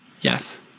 Yes